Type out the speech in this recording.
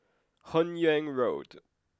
Hun Yeang Road